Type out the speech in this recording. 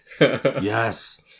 Yes